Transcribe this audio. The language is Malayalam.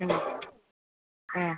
അ അ